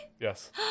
Yes